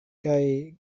kaj